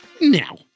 now